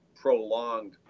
prolonged